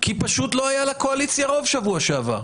כי פשוט לא היה לקואליציה רוב בשבוע שעבר.